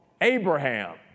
Abraham